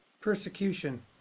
Persecution